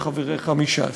לחבריך מש"ס,